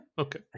Okay